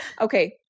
Okay